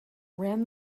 ran